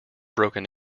broken